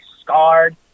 scarred